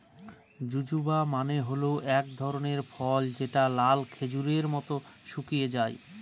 জুজুবা মানে হল এক ধরনের ফল যেটা লাল খেজুরের মত শুকিয়ে যায়